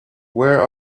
where